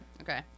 Okay